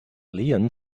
leon